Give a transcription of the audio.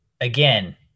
again